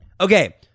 Okay